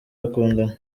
bakundana